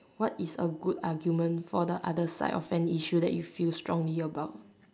what is a good argument for the other side of an issue that you feel strongly about